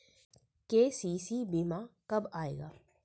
KCC बीमा कब आएगा?